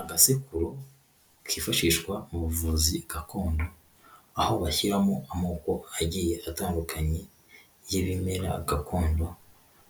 Agasekururo kifashishwa mu buvuzi gakondo aho bashyiramo amoko agiye atandukanye y'ibimera gakondo,